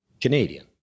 Canadian